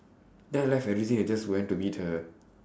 then I left everything and just went to meet her